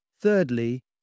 Thirdly